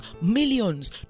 millions